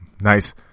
nice